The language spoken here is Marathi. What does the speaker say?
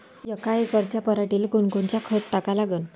यका एकराच्या पराटीले कोनकोनचं खत टाका लागन?